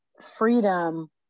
freedom